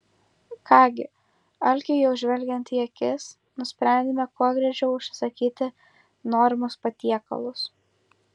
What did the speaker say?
ką gi alkiui jau žvelgiant į akis nusprendėme kuo greičiau užsisakyti norimus patiekalus